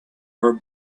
her